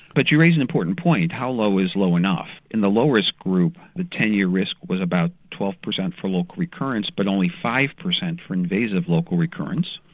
but you raise an important point how low is low enough? in the low risk group the ten year risk was about twelve percent for local recurrence but only five percent for invasive local recurrence.